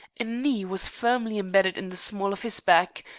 a knee was firmly embedded in the small of his back,